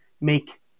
make